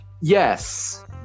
Yes